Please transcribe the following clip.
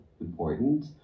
important